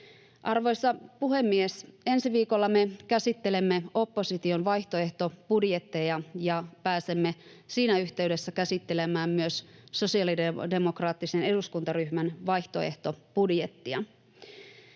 Arvoisa puhemies! Ensi viikolla me käsittelemme opposition vaihtoehtobudjetteja ja pääsemme siinä yhteydessä käsittelemään myös sosiaalidemokraattisen eduskuntaryhmän vaihtoehtobudjettia.